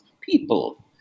people